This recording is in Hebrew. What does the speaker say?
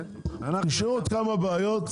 נשארו עוד כמה בעיות,